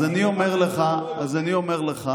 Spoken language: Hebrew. אז אני אומר לך